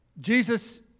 Jesus